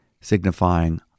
signifying